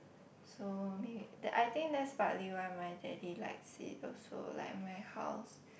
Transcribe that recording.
so me that I think that's partly why my daddy likes it also like my house